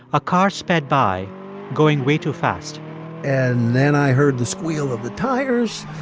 a car sped by going way too fast and then i heard the squeal of the tires.